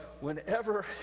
whenever